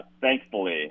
thankfully